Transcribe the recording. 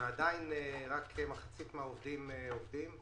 עדיין רק כמחצית מהעובדים עובדים.